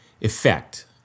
effect